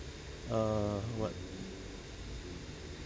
err what